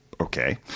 Okay